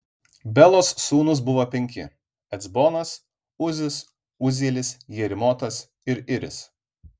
belos sūnūs buvo penki ecbonas uzis uzielis jerimotas ir iris